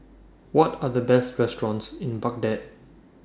What Are The Best restaurants in Baghdad